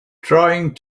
trying